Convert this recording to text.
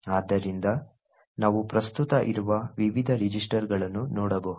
ಆದ್ದರಿಂದ ನಾವು ಪ್ರಸ್ತುತ ಇರುವ ವಿವಿಧ ರಿಜಿಸ್ಟರ್ಗಳನ್ನು ನೋಡಬಹುದು